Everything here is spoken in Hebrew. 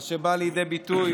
מה שבא לידי ביטוי